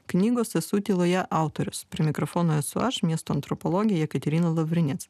knygos esu tyloje autorius prie mikrofono esu aš miesto antropologė jekaterina lavrinec